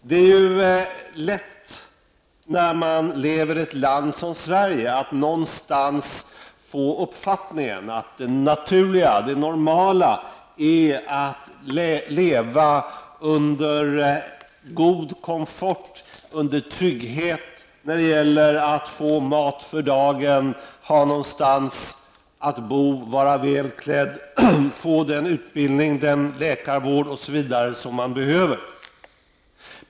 Det är lätt när man lever i ett land som Sverige att någonstans få uppfattningen att det naturliga, det normala är att få leva under god komfort, god trygghet när det gäller att få mat för dagen, ha någonstans att bo, vara välklädd och få den utbildning och läkarvård osv. som man behöver.